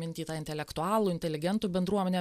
minty tą intelektualų inteligentų bendruomenę